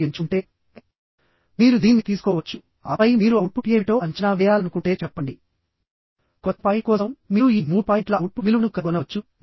ఈ shear lag effect వలన member యొక్క స్ట్రెంత్ తగ్గుతుంది